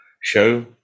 show